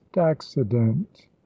accident